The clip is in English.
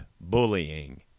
bullying